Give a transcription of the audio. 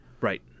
Right